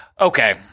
Okay